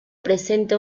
presenta